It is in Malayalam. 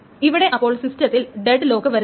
ഇവിടെ അപ്പോൾ സിസ്റ്റത്തിൽ ഡെഡ് ലോക്ക് വരുന്നില്ല